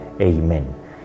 Amen